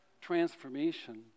transformation